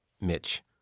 Mitch